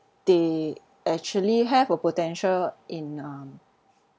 they actually have a potential in um